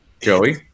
Joey